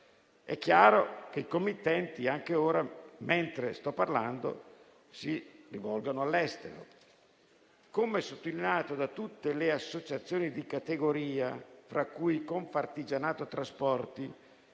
È chiaro che i committenti, anche ora mentre sto parlando, si rivolgano all'estero. Come sottolineato da tutte le associazioni di categoria, tra cui Confartigianato trasporti,